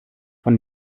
von